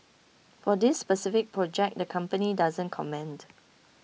for this specific project the company doesn't comment